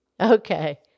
Okay